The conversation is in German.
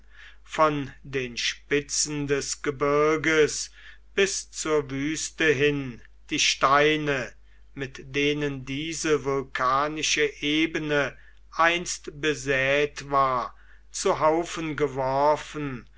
von den spitzen des gebirges bis zur wüste hin die steine mit denen diese vulkanische ebene einst besät war zu haufen geworfen